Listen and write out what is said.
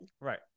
right